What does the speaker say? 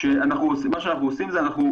שעובד כמו